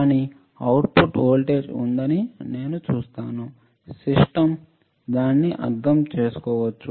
కానీ output voltage ఉందని నేను చూస్తాను సిస్టమ్ దానిని అర్థం చేసుకోవచ్చు